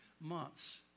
months